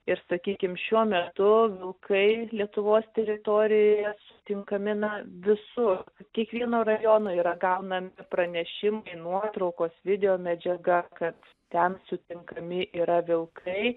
ir sakykim šiuo metu vilkai lietuvos teritorijoje sutinkami na visu kiekvieno rajono yra gaunami pranešimai nuotraukos videomedžiaga kad ten sutinkami yra vilkai